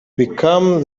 become